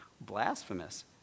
Blasphemous